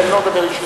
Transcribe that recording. אני לא מדבר אישית.